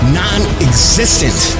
non-existent